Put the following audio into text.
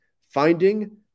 Finding